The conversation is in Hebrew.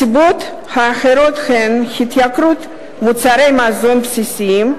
הסיבות האחרות הן התייקרות מוצרי מזון בסיסיים,